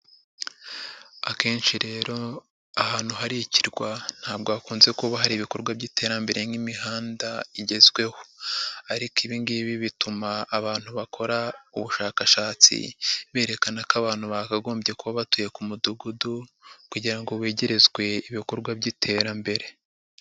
Akenshi rero ahantu hari ikirwa ntabwo hakunze kuba hari ibikorwa by'iterambere nk'imihanda igezweho ariko ibi ngibi bituma abantu bakora ubushakashatsi berekana ko abantu bakagombye kuba batuye ku mudugudu kugira ngo begerezwe ibikorwa by'iterambere.